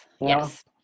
Yes